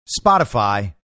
Spotify